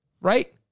Right